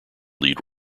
lead